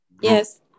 Yes